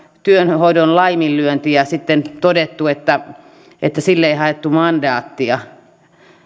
työllisyyden hoidon laiminlyönti ja sitten todettu että että sille ei haettu mandaattia